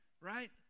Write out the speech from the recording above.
right